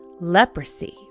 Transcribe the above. leprosy